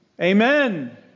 Amen